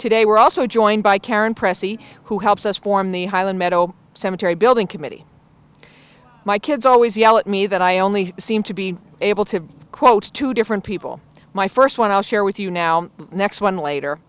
today we're also joined by karen pressie who helps us form the highland meadow cemetery building committee my kids always yell at me that i only seem to be able to quote two different people my first one i'll share with you now next one later